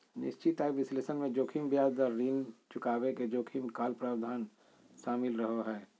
निश्चित आय विश्लेषण मे जोखिम ब्याज दर, ऋण चुकाबे के जोखिम, कॉल प्रावधान शामिल रहो हय